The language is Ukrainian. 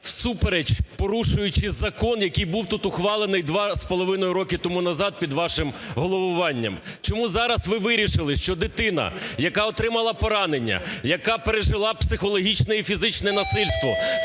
всупереч, порушуючи закон, який був тут ухвалений 2,5 роки тому назад під вашим головуванням. Чому зараз ви вирішили, що дитина, яка отримала поранення, яка пережила психологічне і фізичне насильство,